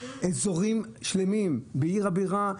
אזורים שלמים בעיר הבירה,